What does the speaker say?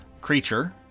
creature